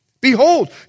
Behold